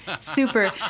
Super